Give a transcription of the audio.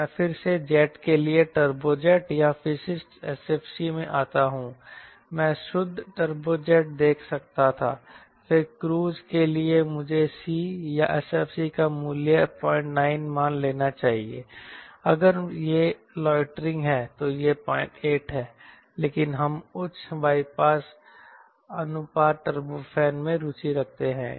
तो मैं फिर से जेट के लिए टर्बोजेट या विशिष्ट SFC में आता हूं मैं शुद्ध टर्बोजेट देख सकता था फिर क्रूज के लिए मुझे C या SFC का मूल्य 09 मान लेना चाहिए अगर यह लोइटरिंग है तो यह 08 है लेकिन हम उच्च बाईपास अनुपात टर्बोफैन में रुचि रखते हैं